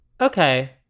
Okay